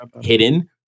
hidden